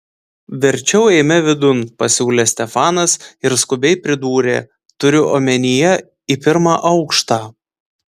verčiau eime vidun pasiūlė stefanas ir skubiai pridūrė turiu omenyje į pirmą aukštą